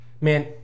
man